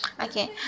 okay